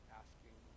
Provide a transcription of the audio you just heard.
asking